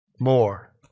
more